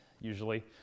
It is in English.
usually